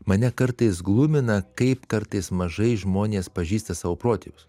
mane kartais glumina kaip kartais mažai žmonės pažįsta savo protėvius